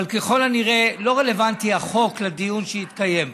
אבל ככל הנראה החוק לא רלוונטי לדיון שהתקיים פה.